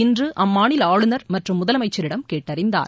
இன்று அம்மாநில ஆளுநர் மற்றும் முதலமைச்சரிடம் கேட்டறிந்தார்